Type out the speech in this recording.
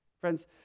Friends